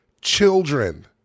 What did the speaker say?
Children